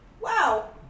Wow